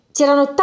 C'erano